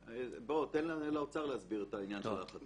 תן לאוצר להסביר את העניין של החתימה.